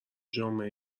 جامعه